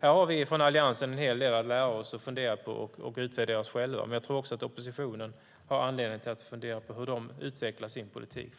Här har vi från Alliansen en hel del att lära oss och fundera på när det gäller att utvärdera oss själva. Men också oppositionen har anledning att fundera på hur de utvecklar sin politik.